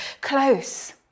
close